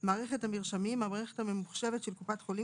"מערכת המרשמים" המערכת הממוחשבת של קופת חולים